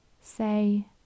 say